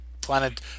Planet